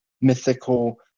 mythical